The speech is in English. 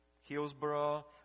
Hillsborough